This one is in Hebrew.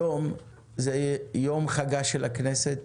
היום הוא יום חגה של הכנסת,